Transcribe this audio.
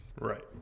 right